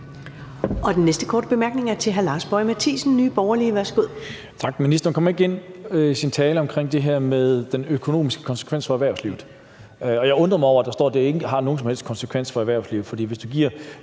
Den næste korte bemærkning er til hr. Lars Boje Mathiesen, Nye Borgerlige. Værsgo. Kl. 12:18 Lars Boje Mathiesen (NB): Tak. Ministeren kom i sin tale ikke ind på det her med de økonomiske konsekvenser for erhvervslivet. Jeg undrer mig over, at der står, at det ikke har nogen som helst konsekvenser for erhvervslivet, for hvis du giver